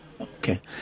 Okay